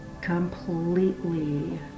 completely